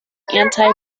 anti